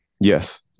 Yes